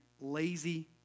lazy